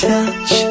Touch